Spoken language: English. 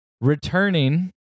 returning